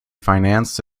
financed